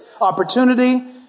opportunity